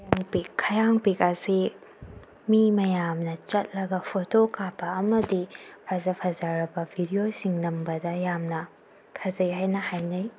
ꯈꯌꯥꯡ ꯄꯤꯛ ꯈꯌꯥꯡ ꯄꯤꯛ ꯑꯁꯤ ꯃꯤ ꯃꯌꯥꯝꯅ ꯆꯠꯂꯒ ꯐꯣꯇꯣ ꯀꯥꯞꯄ ꯑꯃꯗꯤ ꯐꯖ ꯐꯖꯔꯕ ꯕꯤꯗꯤꯑꯣꯁꯤꯡ ꯅꯝꯕꯗ ꯌꯥꯝꯅ ꯐꯖꯩ ꯍꯥꯏꯅ ꯍꯥꯏꯅꯩ